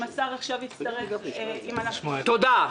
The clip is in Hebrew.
תודה.